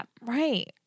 right